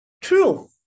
Truth